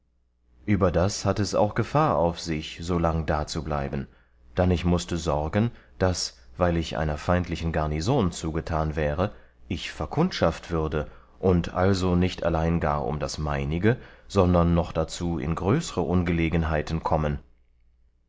erforderte überdas hatte es auch gefahr auf sich so lang dazubleiben dann ich mußte sorgen daß weil ich einer feindlichen garnison zugetan wäre ich verkundschaft würde und also nicht allein gar um das meinige sondern noch darzu in größre ungelegenheit kommen